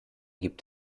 gibt